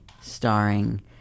starring